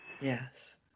Yes